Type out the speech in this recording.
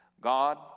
God